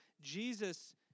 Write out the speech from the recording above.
Jesus